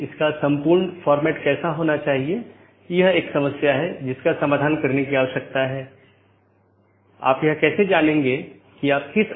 एक AS traffic की निश्चित श्रेणी के लिए एक विशेष AS पाथ का उपयोग करने के लिए ट्रैफिक को अनुकूलित कर सकता है